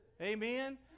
Amen